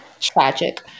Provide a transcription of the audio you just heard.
tragic